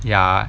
ya